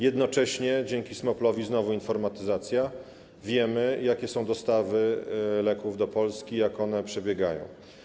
Jednocześnie dzięki SMoKL - znowu informatyzacja - wiemy, jakie są dostawy leków do Polski, jak one przebiegają.